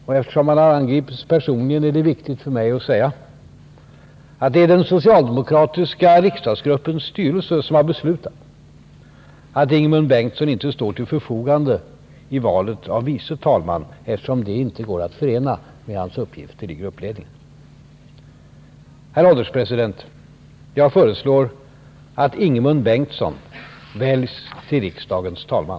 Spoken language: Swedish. Men eftersom han har angripits personligen är det viktigt för mig att säga att det är den socialdemokratiska riksdagsgruppens styrelse som har beslutat att Ingemund Bengtsson inte står till förfogande vid valet av vice talman. Det går inte att förena med hans uppgifter i gruppledningen. Herr ålderspresident! Jag föreslår att Ingemund Bengtsson väljs till riksdagens talman.